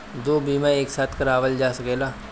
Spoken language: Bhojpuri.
दो बीमा एक साथ करवाईल जा सकेला?